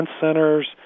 centers